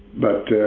but